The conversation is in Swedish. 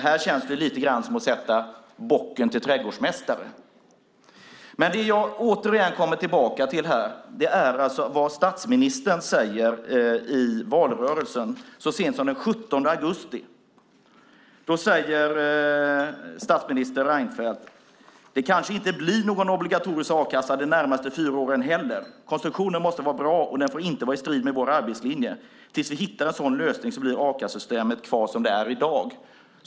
Här känns det lite grann som att göra bocken till trädgårdsmästare. Jag kommer återigen tillbaka till det som statsministern sade i valrörelsen så sent som den 17 augusti. Då sade statsminister Reinfeldt: Det kanske inte blir någon obligatorisk a-kassa de närmaste fyra åren heller. Konstruktionen måste vara bra, och den får inte vara i strid med vår arbetslinje. Tills vi hittar en sådan lösning blir a-kassesystemet kvar som det är i dag.